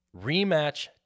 rematch